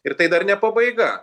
ir tai dar ne pabaiga